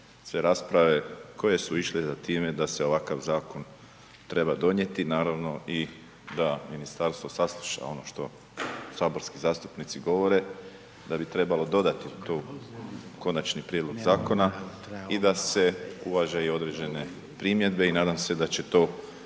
sve rasprave koje su išle za time da se ovakav zakon treba donijeti, naravno i da ministarstvo sasluša ono što saborski zastupnici govore, da bi trebalo dodati tu konačni prijedlog zakona i da se uvaže i određene primjedbe i nadam se da će to